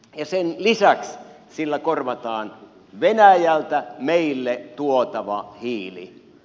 sen lisäksi sillä korvataan venäjältä meille tuotava hiili